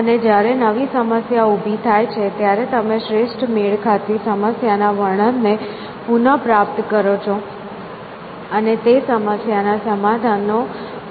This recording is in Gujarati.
અને જ્યારે નવી સમસ્યા ઊભી થાય છે ત્યારે તમે શ્રેષ્ઠ મેળ ખાતી સમસ્યા ના વર્ણનને પુનઃપ્રાપ્ત કરો છો અને તે સમસ્યા ના સમાધાન નો ફરીથી ઉપયોગ કરો છો